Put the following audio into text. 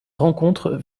rencontre